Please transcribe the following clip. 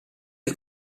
que